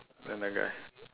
then the guy